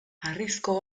harrizko